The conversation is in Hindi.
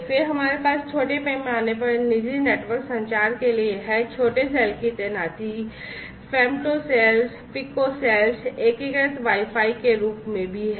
फिर हमारे पास छोटे पैमाने पर निजी नेटवर्क संचार के लिए है छोटे सेल की तैनाती femtocells picocells एकीकृत वाई फाई के रूप में भी है